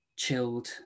Chilled